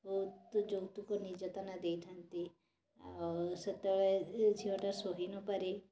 ବହୁତ ଯୌତୁକ ନିର୍ଯାତନା ଦେଇଥାନ୍ତି ଆଉ ସେତେବେଳେ ଝିଅଟେ ସହି ନପାରି